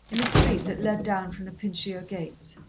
in a street that led down from the pincio gates.